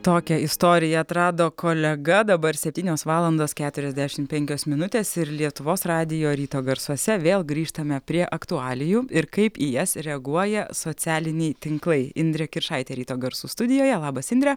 tokią istoriją atrado kolega dabar septynios valandos keturiasdešimt penkios minutės ir lietuvos radijo ryto garsuose vėl grįžtame prie aktualijų ir kaip į jas reaguoja socialiniai tinklai indrė kiršaitė ryto garsų studijoje labas indre